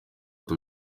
bato